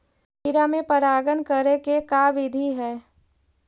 खिरा मे परागण करे के का बिधि है?